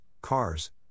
cars